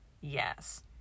Yes